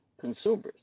consumers